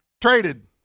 traded